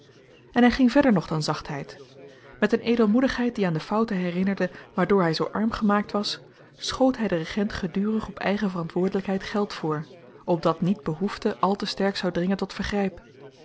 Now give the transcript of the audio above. en hy ging verder nog dan zachtheid met een edelmoedigheid die aan de fouten herinnerde waardoor hy zoo arm gemaakt was schoot hy den regent gedurig op eigen verantwoordelykheid geld voor opdat niet behoefte al te sterk zou dringen tot vergryp